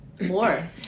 more